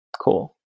Cool